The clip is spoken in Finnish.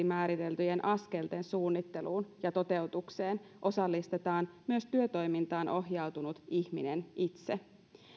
määriteltyjen askelten suunnitteluun ja toteutukseen osallistetaan myös työtoimintaan ohjautunut ihminen itse